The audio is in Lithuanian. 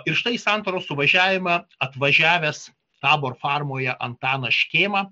o ir štai į santaros suvažiavimą atvažiavęs taborfarmoje antanas škėma